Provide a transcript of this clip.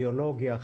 ביולוגיה,